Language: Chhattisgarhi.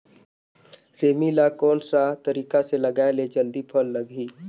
सेमी ला कोन सा तरीका से लगाय ले जल्दी फल लगही?